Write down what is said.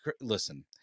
Listen